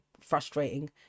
frustrating